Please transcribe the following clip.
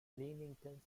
leamington